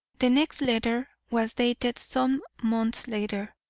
the next letter was dated some months later.